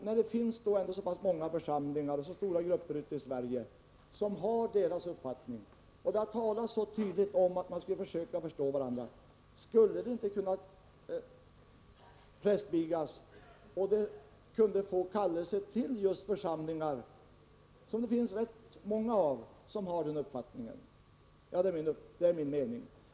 När det finns så pass många församlingar och så stora grupper i Sverige som har denna uppfattning — det har talats så tydligt om att man skulle försöka förstå varandra — skulle de då inte kunna prästvigas och kunna få kallelse till just sådana församlingar? Det är min mening att så borde vara fallet.